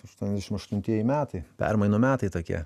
aštuoniasdešim aštuntieji metai permainų metai tokie